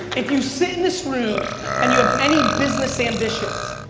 if you sit in this room and you have any business ambitions,